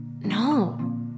no